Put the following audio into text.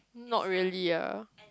not really ah